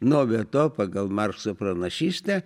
na o be to pagal markso pranašystę